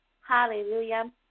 Hallelujah